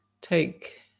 take